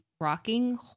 rocking